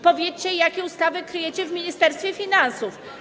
Powiedzcie, jakie ustawy kryjecie w Ministerstwie Finansów.